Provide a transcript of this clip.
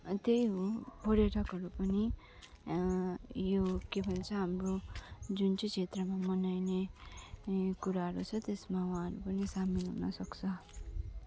त्यही हो पर्यटकहरू पनि यो के भन्छ हाम्रो जुन चाहिँ क्षेत्रमा मनाइने कुराहरू छ त्यसमा उहाँहरू पनि सामेल हुन सक्छ